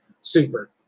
super